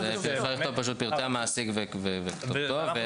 כן, פרטי המעסיק וכתובתו.